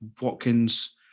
Watkins